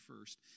first